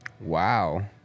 Wow